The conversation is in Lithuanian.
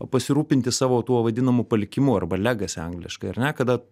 pasirūpinti savo tuo vadinamu palikimu arba legasy angliškai ar ne kada